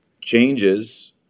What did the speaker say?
changes